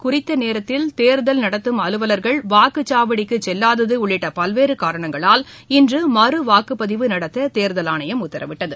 குறித்தநேரத்தில் தேர்தல் நடத்தும் அலுவலர்கள் வாக்குச்சாவடிக்குசெல்லாததஉள்ளிட்டபல்வேறுகாரணங்களால் இன்று மறு வாக்குப்பதிவு நடத்ததேர்தல் ஆணையம் உத்தரவிட்டது